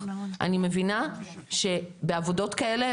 אני מבינה שבעבודות כאלה,